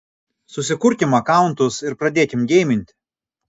susikurkim akauntus ir pradėkim geiminti